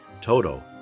Toto